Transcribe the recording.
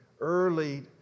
early